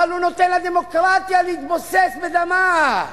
אבל הוא נותן לדמוקרטיה להתבוסס בדמה.